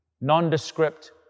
Nondescript